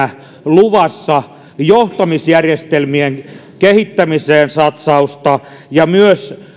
luvassa johtamisjärjestelmien kehittämiseen satsausta ja myös